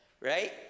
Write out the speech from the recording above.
right